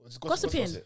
Gossiping